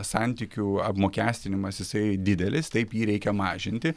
santykių apmokestinimas jisai didelis taip jį reikia mažinti